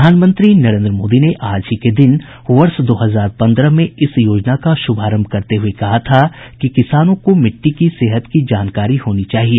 प्रधानमंत्री नरेंद्र मोदी ने आज ही के दिन वर्ष दो हजार पन्द्रह में इस योजना का शुभारंभ करते हुए कहा था कि किसानों को मिट्टी की सेहत की जानकारी होनी चाहिए